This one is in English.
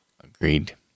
Agreed